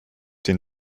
den